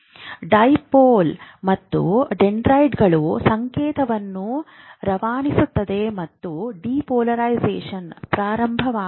ದ್ವಿಧ್ರುವಿ ಮತ್ತು ಡೆಂಡ್ರೈಟ್ಗಳು ಸಂಕೇತವನ್ನು ರವಾನಿಸುತ್ತವೆ ಮತ್ತು ಡಿಪೋಲರೈಸೇಶನ್ ಪ್ರಾರಂಭವಾಗುತ್ತದೆ